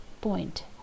point